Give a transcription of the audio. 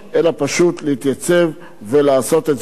אלא פשוט להתייצב ולעשות את זה.